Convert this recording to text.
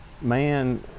man